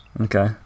Okay